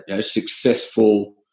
successful